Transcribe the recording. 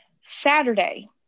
Saturday